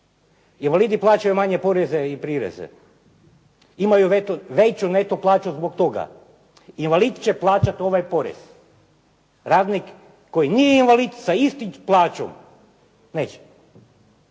Invalidi plaćaju manje poreze i prireze, imaju veću neto plaću zbog toga. Invalid će plaćati ovaj porez, radnik koji nije invalid sa istom plaćom neće.